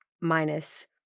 minus